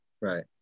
Right